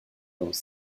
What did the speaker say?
dans